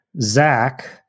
Zach